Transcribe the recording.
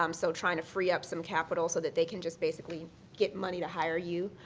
um so trying to free up some capital so that they can just basically get money to hire you.